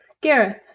Gareth